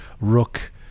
Rook